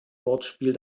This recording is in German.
wortspiel